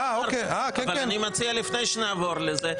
אבל אני מציע לפני שנעבור לזה,